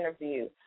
interview